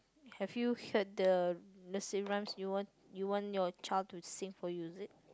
have you heard the nursery rhymes you want you want your child to sing for you is it